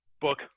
book